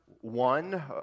One